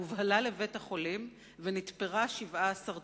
הובהלה לבית-החולים ונתפרה ב-17 תפרים.